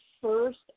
first